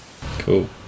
Cool